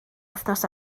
wythnos